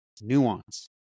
nuance